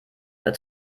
oder